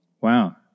Wow